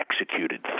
executed